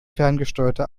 ferngesteuerte